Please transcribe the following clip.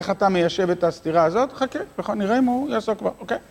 איך אתה מיישב את הסתירה הזאת, חכה, נראה אם הוא יעסוק בה, אוקיי?